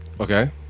Okay